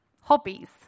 hobbies